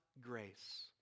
grace